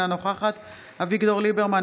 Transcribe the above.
אינה נוכחת אביגדור ליברמן,